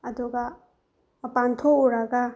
ꯑꯗꯨꯒ ꯃꯄꯥꯟ ꯊꯣꯛꯎꯔꯒ